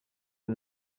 aux